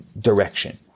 direction